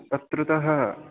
तत्रतः